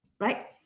right